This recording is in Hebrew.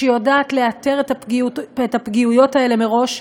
שיודעת לאתר את הפגיעויות האלה מראש.